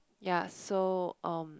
yea so um